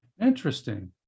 Interesting